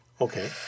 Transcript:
Okay